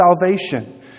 salvation